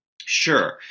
Sure